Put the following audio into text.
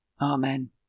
Amen